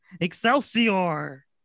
Excelsior